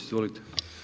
Izvolite.